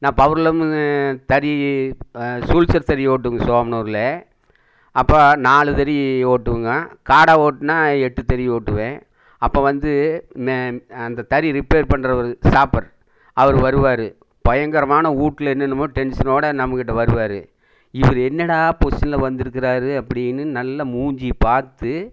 நான் பவர்லூம் தறி சூச்சர் தறி ஓட்டுவேங்க சோமனூரில் அப்போ நாலு தறி ஓட்டுவேங்க காடா ஓட்டினா எட்டு தறி ஓட்டுவேன் அப்போ வந்து அந்த தறி ரிப்பேர் பண்றவரு ஸ்டாப்பர் அவர் வருவார் பயங்கரமான வீட்டுல என்னென்னமோ டென்சனோட நம்ம கிட்ட வருவார் இவரு என்னடா பொசிஷனில் வந்திருக்காரு அப்படின்னு நல்லா மூஞ்சியை பார்த்து